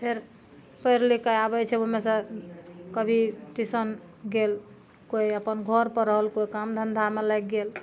फेर पढ़ि लिख कऽ आबै छै ओहिमे सऽ कभी टीशन गेल कोइ अपन घरपर रहल कोइ काम धन्धामे लागि गेल